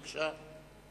בבקשה,